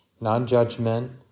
non-judgment